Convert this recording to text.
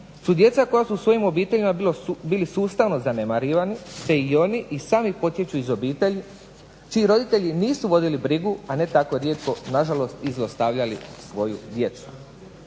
su djeca koji su bili sustavno zanemarivani te i oni i sami potječu iz obitelji čiji roditelji nisu vodili brigu a ne tako rijetko i na žalost i zlostavljali svoju djecu.